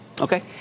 okay